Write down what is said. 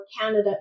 canada